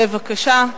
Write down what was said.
בבקשה.